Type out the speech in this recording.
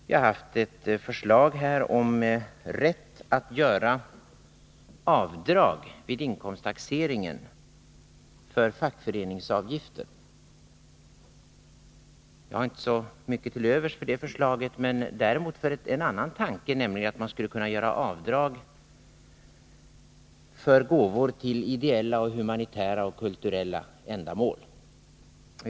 Det finns ett förslag från den nya regeringen om rätt att vid inkomsttaxeringen göra avdrag för fackföreningsavgifter. Jag har inte så mycket till övers för det förslaget men däremot för en annan tanke, nämligen den att man skulle kunna göra avdrag för gåvor avsedda för ideella, humanitära och kulturella ändamål.